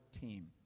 team